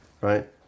right